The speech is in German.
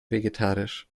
vegetarisch